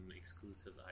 exclusive